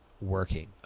working